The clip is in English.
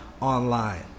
online